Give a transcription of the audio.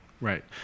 Right